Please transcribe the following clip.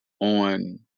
on